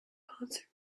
concert